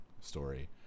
story